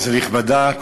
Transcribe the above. כנסת נכבדה,